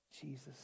Jesus